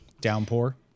Downpour